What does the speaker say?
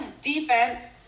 defense